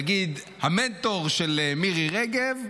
נגיד, המנטור של מירי רגב,